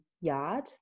Yard